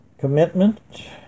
commitment